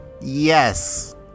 Yes